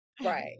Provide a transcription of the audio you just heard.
Right